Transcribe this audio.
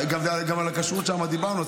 גם על הכשרות שם דיברנו,